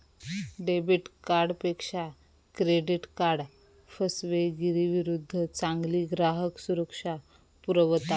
debit कार्डपेक्षा credit card फसवेगिरीविरुद्ध चांगली ग्राहक सुरक्षा पुरवता